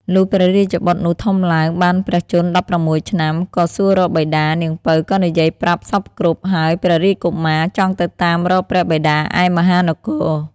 លុះព្រះរាជបុត្រនោះធំឡើងបានព្រះជន្ម ១៦ឆ្នាំ ក៏សួររកបិតា នាងពៅ ក៏និយាយប្រាប់សព្វគ្រប់ ហើយព្រះរាជកុមារ ចង់ទៅតាមរកព្រះបិតាឯមហានគរ។